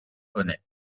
honnête